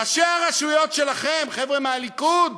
ראשי הרשויות שלכם, חבר'ה מהליכוד,